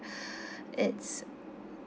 it's